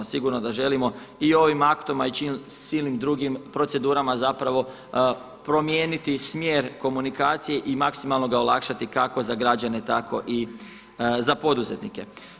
Sigurno da želimo i ovim aktom, a i silnim drugim procedurama zapravo promijeniti smjer komunikacije i maksimalno ga olakšati kako za građane tako i za poduzetnike.